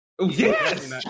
Yes